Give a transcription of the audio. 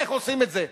איך עושים את זה?